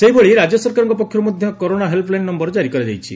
ସେହିଭଳି ରାକ୍ୟ ସରକାର ପକ୍ଷରୁ ମଧ କରୋନା ହେଲ୍ପଲାଇନ୍ ନମ୍ୟର କାରି କରାଯାଇଛି